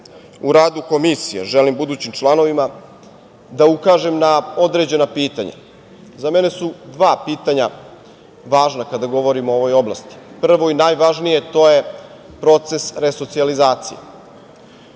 u radu Komisije, želim budućim članovima da ukažem na određena pitanja. Za mene su dva pitanja važna kada govorimo o ovoj oblasti. Prvo, i najvažnije, to je proces resocijalizacije.